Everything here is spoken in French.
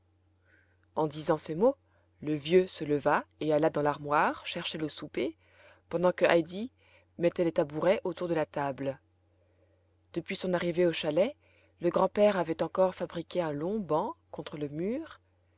en disant ces mots le vieux se leva et alla dans l'armoire chercher le souper pendant que heidi mettait les tabourets autour de la table depuis son arrivée au chalet le grand-père avait encore fabriqué un long banc contre le mur